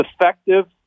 effective